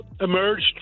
emerged